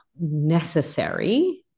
necessary